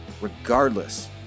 regardless